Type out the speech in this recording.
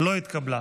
לא התקבלה.